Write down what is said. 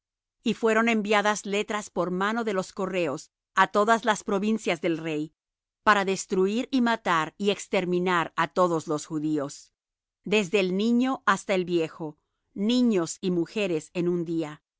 y fueron enviadas letras por mano de los correos á todas las provincias del rey para destruir y matar y exterminar á todos los judíos desde el niño hasta el viejo niños y mujeres en un día